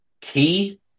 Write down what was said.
Key